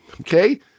Okay